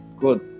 Good